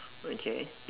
okay